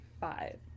five